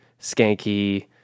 skanky